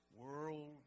world